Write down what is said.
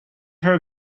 her